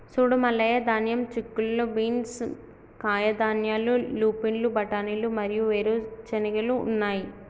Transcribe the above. సూడు మల్లయ్య ధాన్యం, చిక్కుళ్ళు బీన్స్, కాయధాన్యాలు, లూపిన్లు, బఠానీలు మరియు వేరు చెనిగెలు ఉన్నాయి